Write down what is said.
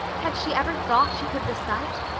had she ever thought she could recite?